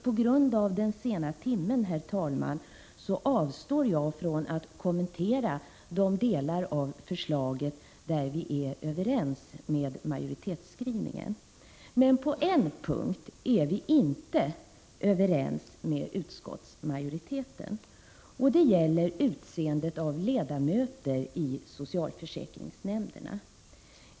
På grund av den sena timmen, herr talman, avstår jag från att kommentera de delar av förslaget där vi är överens med majoriteten om skrivningen. Men på en punkt är vi inte överens med utskottsmajoriteten. Det gäller valet av ledamöter i socialförsäkringsnämnderna.